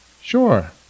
Sure